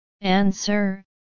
Answer